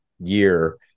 year